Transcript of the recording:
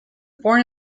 born